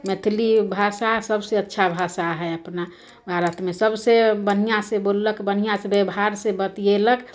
मैथिली भाषा सबसे अच्छा भाषा हइ अपना भारतमे सबसे बढ़िआँसे बोललक बढ़िआँसे बेवहारसे बतिएलक